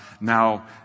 now